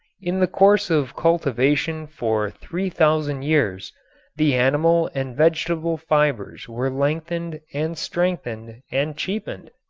in the course of cultivation for three thousand years the animal and vegetable fibers were lengthened and strengthened and cheapened.